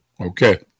Okay